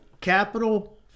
capital